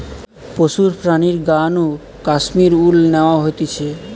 পশুর প্রাণীর গা নু কাশ্মীর উল ন্যাওয়া হতিছে